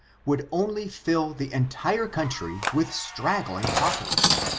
would only fill the entire country with straggling paupers,